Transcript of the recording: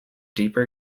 deeper